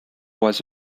was